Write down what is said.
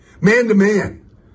Man-to-man